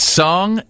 song